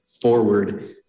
forward